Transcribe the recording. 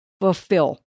fulfill